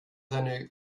seine